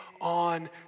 on